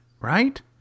right